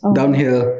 downhill